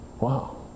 Wow